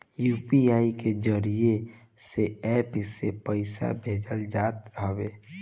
UPI के जरिया से एप्प से पईसा भेजल जात हवे